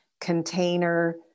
container